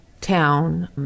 town